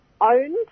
owned